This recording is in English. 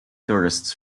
tourists